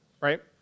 Right